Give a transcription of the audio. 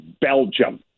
Belgium